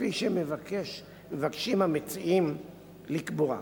כפי שמבקשים המציעים לקבוע.